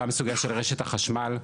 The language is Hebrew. גם סוגיה של רשת החשמל,